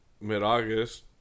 mid-August